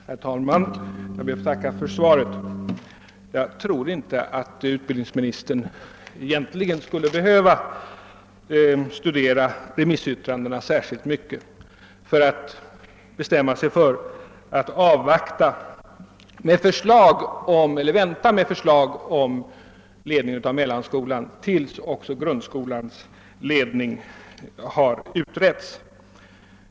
Herr talman! Jag ber att få tacka för svaret. Jag tror inte att utbildningsministern egentligen behöver studera remissyttrandena så särskilt mycket för att bestämma sig för att vänta med förslag om ledning av mellanskolan tills också frågan om grundskolans ledning har utretts.